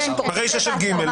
ברישה של (ג).